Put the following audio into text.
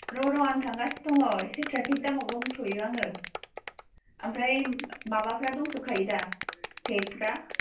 र' र' आं थांगासिनो दङ इसे ट्रेफिक जामाव दंथ'यो आङो ओमफ्राय माबाफ्रा दंजोबखायो दा टेग फोरा